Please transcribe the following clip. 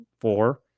Four